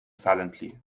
silently